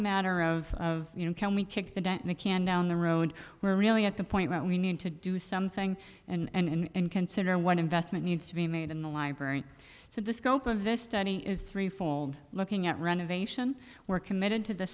matter of you know can we kick the can down the road we're really at the point where we need to do something and consider what investment needs to be made in the library so the scope of this study is three fold looking at renovation we're committed to the